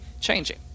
changing